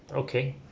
okay